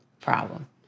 problem